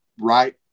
right